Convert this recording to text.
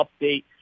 update